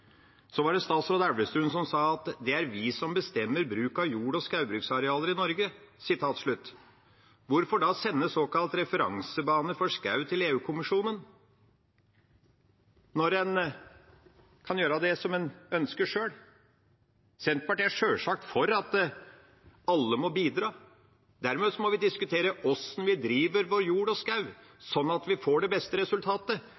Så var det statsråd Elvestuen som sa at det er vi som bestemmer bruken av jord- og skogbruksarealer i Norge. Hvorfor da sende såkalt referansebane for skog til EU-kommisjonen – når en kan gjøre det en sjøl ønsker? Senterpartiet er sjølsagt for at alle må bidra. Dermed må vi diskutere hvordan vi driver vår jord og